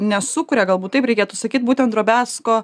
nesukuria galbūt taip reikėtų sakyt būtent drobesko